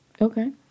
Okay